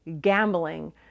gambling